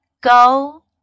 go